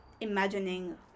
imagining